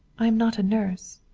i am not a nurse.